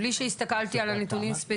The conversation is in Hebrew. מבלי שהסתכלתי על הנתונים של מג"ב,